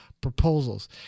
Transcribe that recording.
proposals